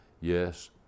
yes